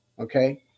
okay